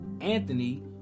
Anthony